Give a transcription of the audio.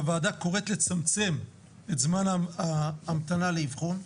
הוועדה קוראת לצמצם את זמן ההמתנה לאבחון.